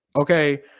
Okay